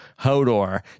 Hodor